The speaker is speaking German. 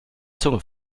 zunge